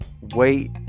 wait